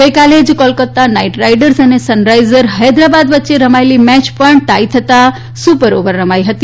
ગઈકાલે જ Kolkata Knight Riders અને સન રાઈઝર હૈદરાબાદ વચ્ચે રમાયેલી મેચ પણ ટાઈ થતા સુપર ઓવર રમાઈ હતી